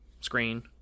screen